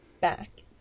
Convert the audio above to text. back